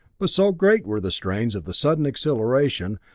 but so great were the strains of the sudden acceleration,